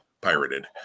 pirated